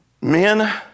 Men